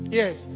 yes